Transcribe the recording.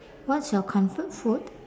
what's your comfort food